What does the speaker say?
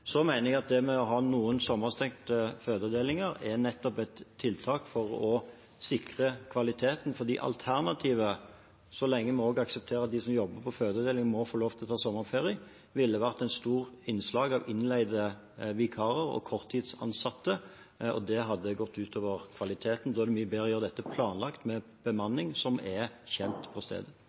Jeg mener at det å ha noen sommerstengte fødeavdelinger er nettopp tiltak for å sikre kvaliteten på de alternative. Så lenge vi aksepterer at de som jobber på fødeavdelingen, må få lov til å ta sommerferie, ville det vært et stort innslag av innleide vikarer og korttidsansatte, og det hadde gått ut over kvaliteten. Det er mye bedre å gjøre dette planlagt, med bemanning som er kjent på stedet.